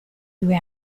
due